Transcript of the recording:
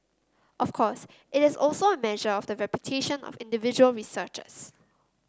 of course it is also a measure of the reputation of individual researchers